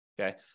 okay